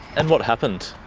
and what happened?